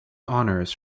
honors